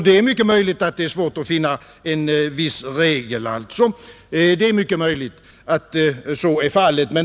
Det är kanske svårt att finna en viss regel här, men det torde inte vara omöjligt.